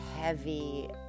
heavy